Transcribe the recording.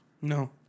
No